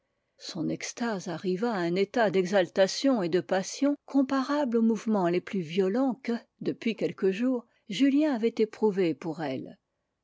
son extase arriva à un état d'exaltation et de passion comparable aux mouvements les plus violents que depuis quelques jours julien avait éprouvés pour elle